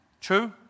True